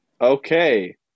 okay